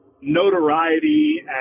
notoriety